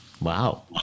Wow